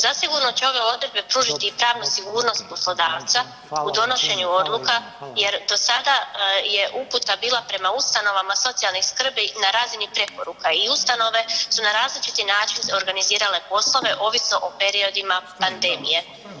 Zasigurno će ove odredbe pružiti i pravnu sigurnost poslodavca u donošenju odluka jer do sada je uputa bila prema ustanovama socijalne skrbi na razini preporuka i ustanove su na različiti način organizirale poslove ovisno o periodima pandemije.